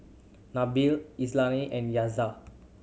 Nabil Izzati and